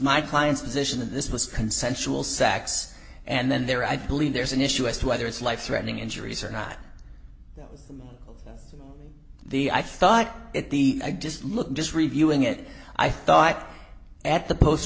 my client's position and this was consensual sex and then there i believe there's an issue as to whether it's life threatening injuries or not of the i thought it the i just looked just reviewing it i thought at the post